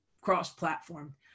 cross-platform